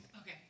okay